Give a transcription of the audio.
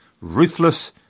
ruthless